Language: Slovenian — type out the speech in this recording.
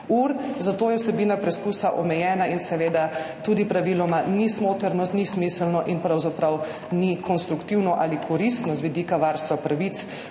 ur, zato je vsebina preskusa omejena in seveda tudi praviloma ni smotrno, ni smiselno in pravzaprav ni konstruktivno ali koristno z vidika varstva pravic